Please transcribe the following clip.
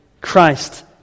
Christ